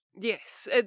Yes